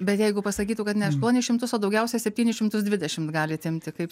bet jeigu pasakytų kad ne aštuonis šimtus o daugiausia septynis šimtus dvidešimt galit imti kaip